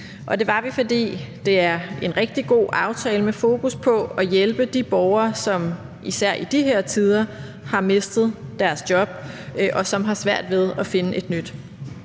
Det var vi, fordi det er en rigtig god aftale med fokus på at hjælpe de borgere, som især i de her tider har mistet deres job, og som har svært ved at finde et nyt.